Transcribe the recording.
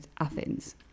Athens